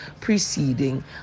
preceding